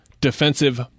defensive